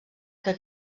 que